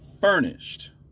Furnished